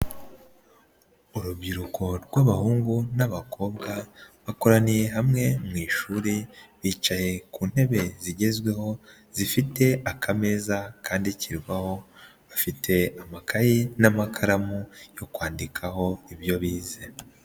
Urubyiruko rw'abahungu n'abakobwa, bakoraniye hamwe mu ishuri, bicaye ku ntebe zigezweho zifite akamezaeza kandikirwaho, bafite amakaye n'amakaramu yo kwandikaho ibyo bize.